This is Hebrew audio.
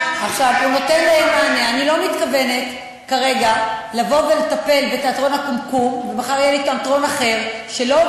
חברים, אני מאוד מצטער שנושא כל כך חשוב שמעסיק